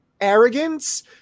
arrogance